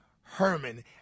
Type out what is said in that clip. Herman